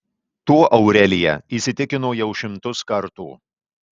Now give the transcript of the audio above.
tuo aurelija įsitikino jau šimtus kartų